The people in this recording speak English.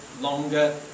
longer